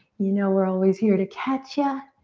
you know we're always here to catch ya.